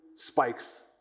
spikes